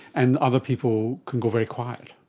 and other people can go very quiet.